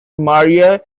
maria